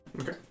Okay